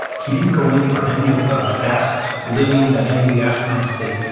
he didn't go in for any of the fast living that any of the astronauts did.